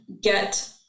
get